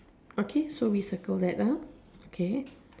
okay so we circle that ah okay